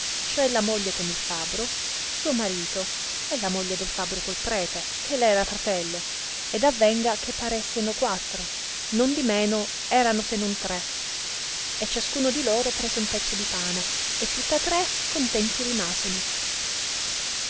cioè la moglie con il fabro suo marito e la moglie del fabro col prete che le era fratello ed avvenga che paresseno quattro nondimeno erano se non tre e ciascuno di loro prese mezzo un pane e tutta tre contenti rimaseno